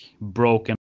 broken